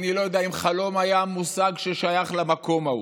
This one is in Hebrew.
אני לא יודע אם חלום היה מושג ששייך למקום ההוא,